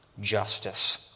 justice